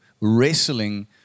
wrestling